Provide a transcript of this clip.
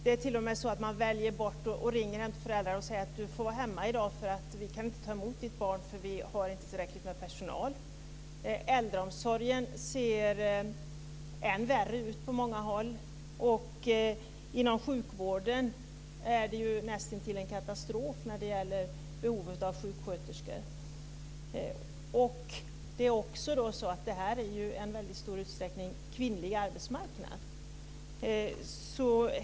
Det är t.o.m. så att man ringer till föräldrar och säger till dem att de får vara hemma för att det finns inte personal att ta emot deras barn. Äldreomsorgen ser än värre ut på många håll. Det är nästintill en katastrof när det gäller behovet av sjuksköterskor inom sjukvården. Det här är i stor utsträckning en kvinnlig arbetsmarknad.